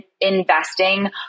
investing